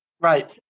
Right